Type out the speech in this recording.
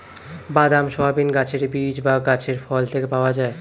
বাদাম, সয়াবিন গাছের বীজ বা গাছের ফল থেকে পাওয়া যায়